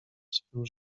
swym